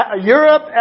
Europe